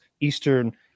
Eastern